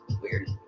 Weird